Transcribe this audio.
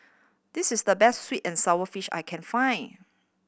this is the best sweet and sour fish I can find